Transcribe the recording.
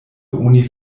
oni